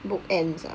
book ends ah